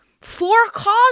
for-cause